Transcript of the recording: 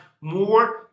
more